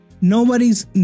nobody's